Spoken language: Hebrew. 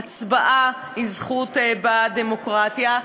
הצבעה היא זכות בדמוקרטיה,